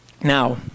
Now